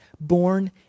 born